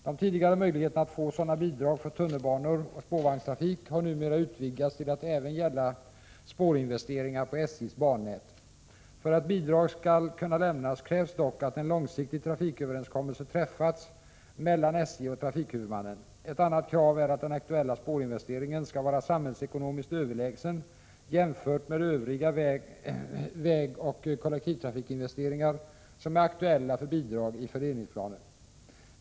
De tidigare möjligheterna att få sådana bidrag för tunnelbanor och spårvagnstrafik har numera utvidgats till att även gälla spårinvesteringar på SJ:s | bannät. För att bidrag skall kunna lämnas krävs dock att en långsiktig trafiköverenskommelse träffats mellan SJ och trafikhuvudmannen. Ett annat krav är att den aktuella spårinvesteringen skall vara samhällsekonomiskt överlägsen jämfört med övriga vägoch kollektivtrafikinvesteringar som är aktuella för bidrag i den s.k. fördelningsplanen.